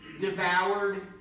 devoured